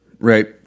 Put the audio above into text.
right